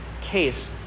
case